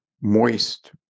moist